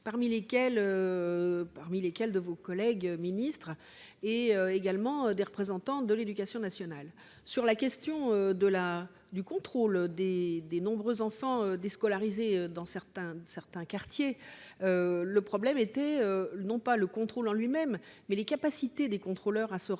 parmi lesquelles certains de vos collègues ministres et des représentants de l'éducation nationale. Sur la question du contrôle des nombreux enfants déscolarisés dans certains quartiers, le problème était non pas le contrôle en lui-même, mais les capacités des contrôleurs à se rendre